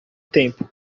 tempo